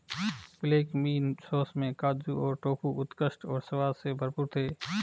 black bean sauce में काजू और टोफू उत्कृष्ट और स्वाद से भरपूर थे